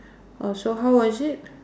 oh so how was it